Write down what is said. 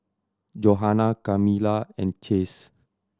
Johana Kamila and Chase